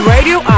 Radio